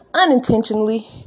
unintentionally